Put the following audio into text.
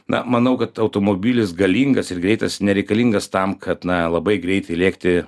na manau kad automobilis galingas ir greitas nereikalingas tam kad na labai greitai lėkti